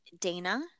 Dana